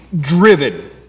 driven